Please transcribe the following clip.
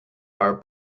are